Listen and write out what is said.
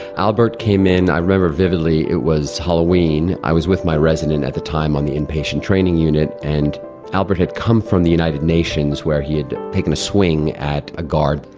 albert came in, i remember vividly, it was halloween. i was with my resident at the time on the inpatient training unit, and albert had come from the united nations where he had taken a swing at a guard.